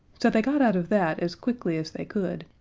so they got out of that as quickly as they could,